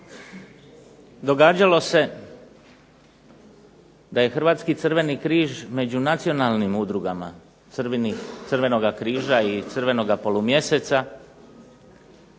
Događalo se da je Hrvatski Crveni križ među nacionalnim udrugama Crvenoga križa i Crvenoga polumjeseca